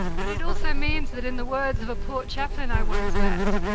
but it also means that, in the words of a port chaplain i once met,